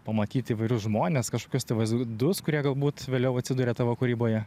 pamatyti įvairius žmones kažkokius tai vaizdus kurie galbūt vėliau atsiduria tavo kūryboje